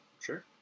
Sure